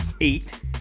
Eight